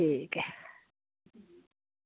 ठीक ऐ